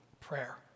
prayer